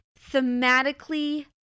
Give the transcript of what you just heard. thematically